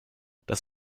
das